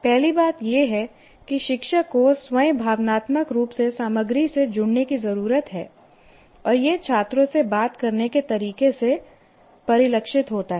पहली बात यह है कि शिक्षक को स्वयं भावनात्मक रूप से सामग्री से जुड़ने की जरूरत है और यह छात्रों से बात करने के तरीके से परिलक्षित होता है